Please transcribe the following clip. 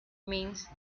means